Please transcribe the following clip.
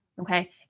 okay